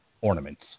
ornaments